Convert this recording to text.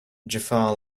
jafar